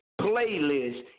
playlist